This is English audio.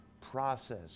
process